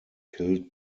killed